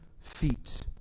feet